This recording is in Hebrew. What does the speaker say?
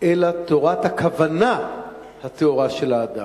אלא תורת הכוונה הטהורה של האדם.